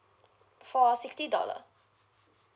for sixty dollar